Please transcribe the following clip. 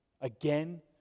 again